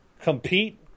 compete